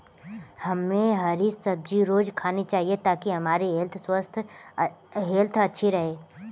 हमे हरी सब्जी रोज़ खानी चाहिए ताकि हमारी हेल्थ अच्छी रहे